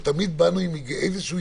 אבל תמיד באנו עם היגיון.